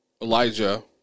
Elijah